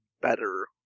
better